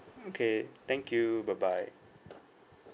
okay thank you bye bye